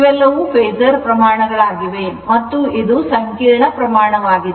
ಇವುಗಳೆಲ್ಲವೂ ಫೇಸರ್ ಪ್ರಮಾಣಗಳಾಗಿವೆ ಮತ್ತು ಇದು ಸಂಕೀರ್ಣ ಪ್ರಮಾಣವಾಗಿದೆ